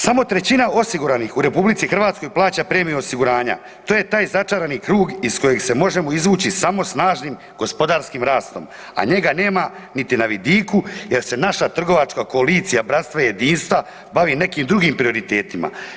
Samo trećina osiguranih u Republici Hrvatskoj plaća premiju osiguranja, to je taj začarani krug iz kojeg se možemo izvući samo snažnim gospodarskim rastom, a njega nema niti na vidiku jer se naša trgovačka koalicija bratstva i jedinstva bavi nekim drugim prioritetima.